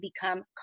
become